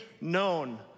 known